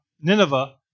Nineveh